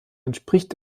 entspricht